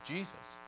Jesus